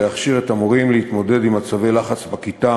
להכשיר את המורים להתמודד עם מצבי לחץ בכיתה